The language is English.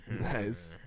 Nice